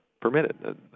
permitted